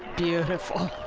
beautiful.